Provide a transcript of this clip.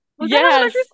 Yes